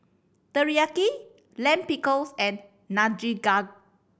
Teriyaki Lime Pickles and Nikujaga